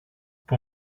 που